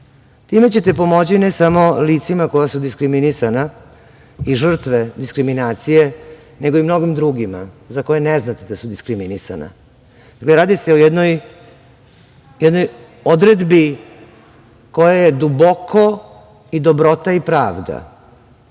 Time ćete pomoći ne samo licima koja su diskriminisana i žrtve diskriminacije, nego i mnogim drugima za koje ne znate da su diskriminisana. Radi se o jednoj odredbi koja je duboko i dobrota i pravda,